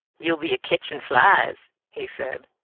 you ll be a-ketchin flies, he said.